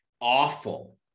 awful